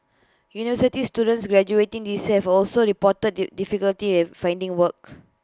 university students graduating this year have also reported difficulty in finding work